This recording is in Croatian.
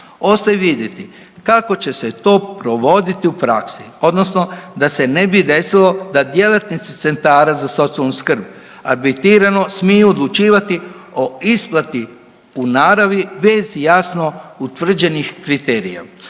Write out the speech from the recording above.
Ostaje vidjeti kako će se to provoditi u praksi odnosno da se ne bi desilo da djelatnici centara za socijalnu skrb arbitrirano smiju odlučivati o isplati u naravi bez jasno utvrđenih kriterija,